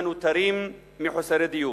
והם נותרים מחוסרי דיור.